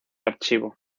archivo